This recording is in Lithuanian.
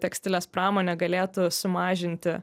tekstilės pramonė galėtų sumažinti